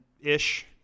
ish